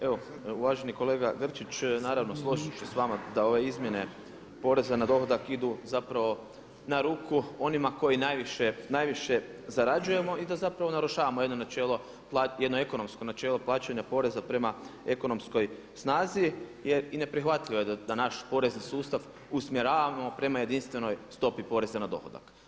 Evo, uvaženi kolega Grčić, naravno složiti ću se s vama da ove izmjene poreza na dohodak idu zapravo na ruku onima koji najviše zarađujemo i da zapravo narušavamo jedno načelo, jedno ekonomsko načelo plaćanja poreza prema ekonomskoj snazi i neprihvatljivo je da naš porezni sustav usmjeravamo prema jedinstvenoj stopi poreza na dohodak.